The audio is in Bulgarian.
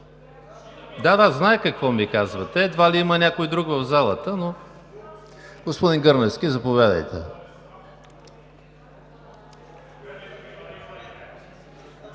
Да, да, зная какво ми казвате. Едва ли има някой друг в залата, но… Господин Гърневски, заповядайте.